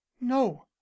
no